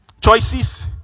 Choices